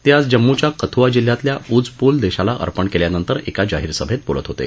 ते आज जम्मूच्या कथुआ जिल्ह्यातला उझ पूल देशाला अर्पण केल्यानंतर एका जाहीर सभेत बोलत होते